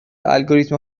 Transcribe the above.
الگوریتم